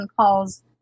calls